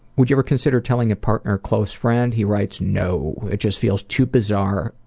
would you ever consider telling a partner or close friend? he writes, no. it just feels too bizarre,